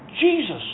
Jesus